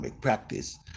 practice